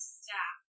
staff